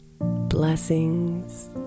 Blessings